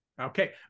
Okay